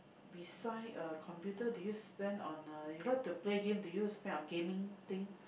beside uh computer do you spend on uh you like to play game do you spend on gaming thing